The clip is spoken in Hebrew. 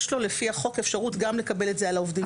יש לו לפי החוק גם אפשרות לקבל את זה על העובדים שלו.